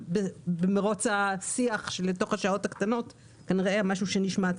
במרוץ השיח לתוך השעות הקטנות כנראה היה משהו שנשמט.